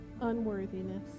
unworthiness